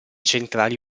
centrali